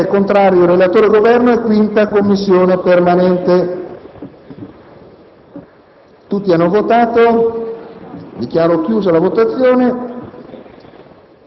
senatore Polledri,